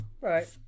right